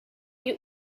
your